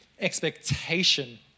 expectation